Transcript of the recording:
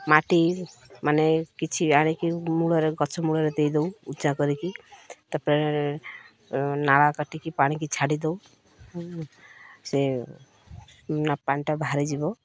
ମାଟି ମାନେ କିଛି ଆଣିକି ମୂଳରେ ଗଛ ମୂଳରେ ଦେଇଦେଉ ଉଚା କରିକି ତାପରେ ନାଳ କାଟିକି ପାଣିକି ଛାଡ଼ିଦେଉ ସେ ପାଣିଟା ବାହାରିଯିବ